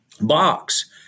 box